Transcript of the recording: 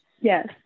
Yes